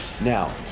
Now